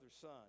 son